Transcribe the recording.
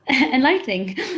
enlightening